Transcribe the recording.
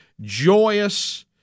joyous